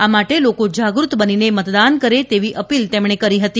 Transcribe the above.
આ માટે લોકો જાગૃત બનીને મતદાન કરે તેવી અપીલ તેમણે કરી હતી